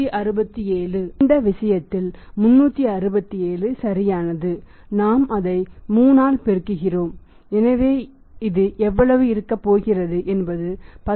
எனவே இந்த விஷயத்தில் 367 சரியானது நாம் அதை 3 ஆல் பெருக்குகிறோம் எனவே இது எவ்வளவு இருக்கப் போகிறது என்பது 10